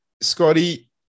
Scotty